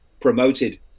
promoted